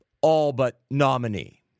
all-but-nominee